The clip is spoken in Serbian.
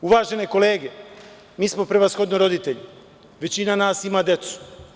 Uvažene kolege, mi smo prevashodno roditelji, većina nas ima decu.